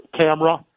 camera